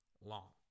long